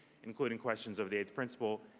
including questions of the eighth principle,